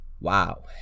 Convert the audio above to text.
wow